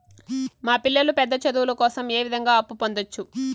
మా పిల్లలు పెద్ద చదువులు కోసం ఏ విధంగా అప్పు పొందొచ్చు?